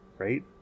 Right